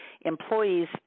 employees